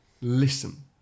listen